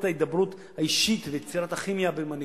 ההידברות האישית ליצירת הכימיה במנהיגות,